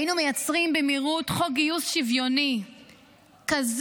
היינו מייצרים במהירות חוק גיוס שוויוני כזה,